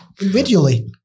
individually